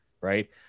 Right